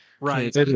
Right